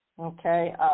okay